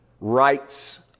rights